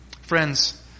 Friends